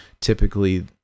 typically